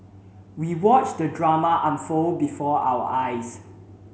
we watched the drama unfold before our eyes